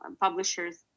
publishers